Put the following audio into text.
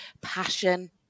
passion